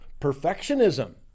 perfectionism